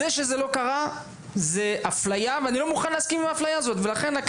זה שזה לא קרה זה אפליה ואני לא מוכן להסכים עם האפליה הזאת ולכן,